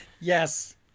Yes